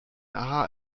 aha